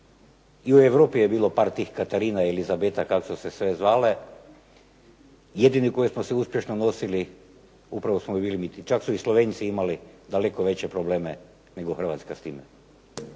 I u Europi je bilo par tih Katarina, Elizabeta, kako su se sve zvale. Jedine koje smo se uspješno nosili upravo …/Govornik se ne razumije./… Čak su i Slovenci imali daleko veće probleme nego Hrvatska s time.